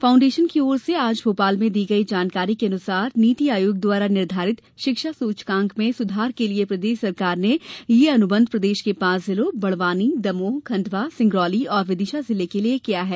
foundation की ओर से आज भोपाल में दी गई जानकारी के अनुसार नीति आयोग द्वारा निर्धारित शिक्षा सुचकांक में सुधार के लिए प्रदेश सरकार ने यह अनुबंध प्रदेश के पांच जिलों बड़वानी दमोह खंडवा सिंगरौली और विदिशा जिले के लिए किया है